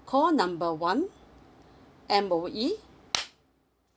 call number one M_O_E